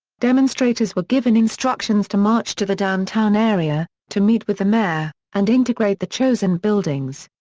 demonstrators were given instructions to march to the downtown area, to meet with the mayor, and integrate the chosen buildings.